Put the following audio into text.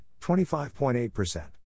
25.8%